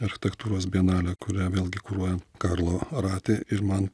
architektūros bienalę kurią vėlgi kuruoja karlo ratė ir man